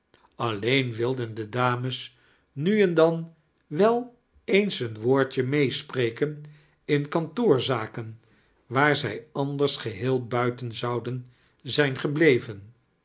alleen wilden de dames nu en dan wel eens een woordje meespreikien in kantoorzaken waar zij anders geheel buiten zouden zijn geblieven